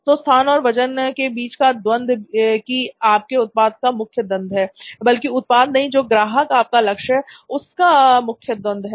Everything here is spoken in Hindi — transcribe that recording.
तो स्थान और वजन के बीच का द्वंद कि आपके उत्पाद का मुख्य द्वंद है बल्कि उत्पाद नहीं जो ग्राहक आपका लक्ष्य हैं उनका यह प्रमुख द्वंद है